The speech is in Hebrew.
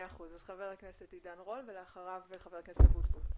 ח"כ עידן רול ואחריו ח"כ אבוטבול,